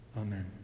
Amen